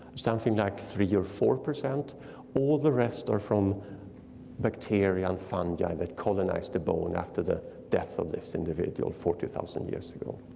something like three or four. all the rest are from bacteria and fungi that colonized the bone after the death of this individual forty thousand years ago.